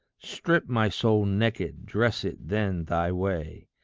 strip my soul naked dress it then thy way.